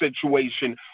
situation